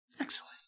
Excellent